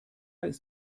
ist